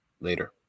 Later